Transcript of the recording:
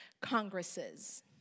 congresses